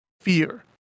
fear